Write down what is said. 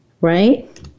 right